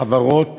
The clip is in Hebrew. או חברות